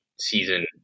season